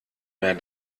mehr